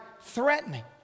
threatening